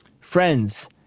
Friends